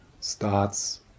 starts